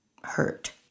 hurt